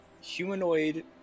humanoid